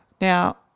Now